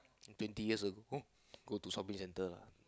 twenty years ago go to shopping centre lah